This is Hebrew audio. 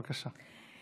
בבקשה.